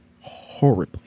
horribly